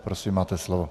Prosím, máte slovo.